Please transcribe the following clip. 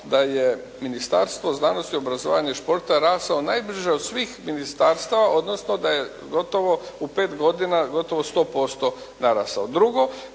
da je Ministarstvo znanosti, obrazovanja i športa rastao najbrže od svih ministarstava, odnosno da je gotovo u 5 godina, gotovo 100% narastao.